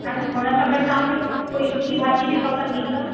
हा न हुन सां गॾु तव्हांखे कोई सुकी भाॼी बि खपंदी छा